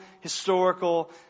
historical